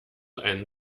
ein